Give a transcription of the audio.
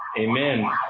Amen